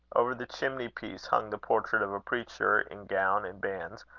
over the chimney-piece hung the portrait of a preacher in gown and bands,